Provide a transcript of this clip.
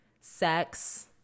sex